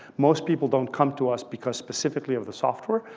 most people don't come to us because specifically of the software.